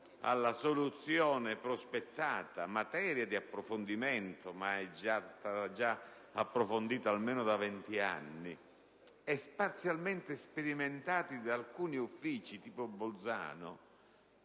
alla soluzione prospettata, materia di approfondimento, anche se già approfondita da almeno vent'anni e parzialmente sperimentata da alcuni uffici, come